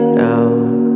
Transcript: down